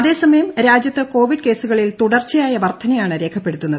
അതേസമയം രാജ്യത്ത് കോവിഡ് കേസുകളിൽ തുടർച്ചയായ വർധനയാണ് രേഖപ്പെടുത്തുന്നത്